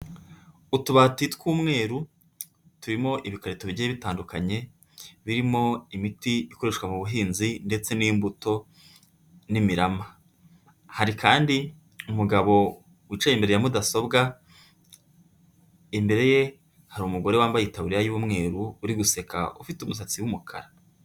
Utubati tw'umweru turimo ibikarito bigiye bitandukanye birimo imiti ikoreshwa mu buhinzi ndetse n'imbuto n'imirama. Hari kandi umugabo wicaye imbere ya mudasobwa, imbere ye hari umugore wambaye itaburiya y'umweru, uri guseka, ufite umusatsi w'umukara.